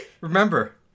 Remember